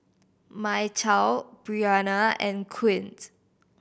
Mychal Brianna and Quint